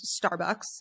Starbucks